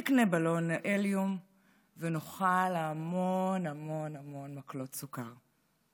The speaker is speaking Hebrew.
נקנה בלון הליום ונאכל המון המון המון מקלות סוכר.